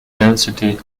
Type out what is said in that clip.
density